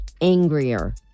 angrier